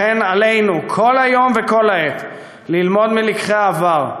לכן עלינו כל היום וכל העת ללמוד מלקחי העבר,